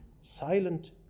silent